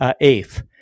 eighth